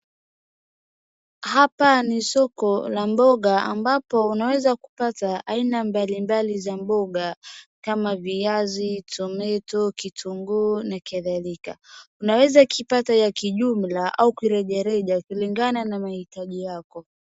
Hapa ni soko la mboga ambapo unaweza kupata aina mbalimbali za mboga kama viazi, tomato , kitunguu na kadhalika. Unaweza kipata ya kijumla au kirejareja kulingana na mahitaji yako.